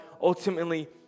ultimately